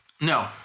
No